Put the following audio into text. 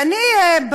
ואני,